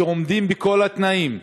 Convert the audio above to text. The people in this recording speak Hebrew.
ועומדים בכל התנאים,